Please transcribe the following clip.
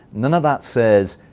none of that says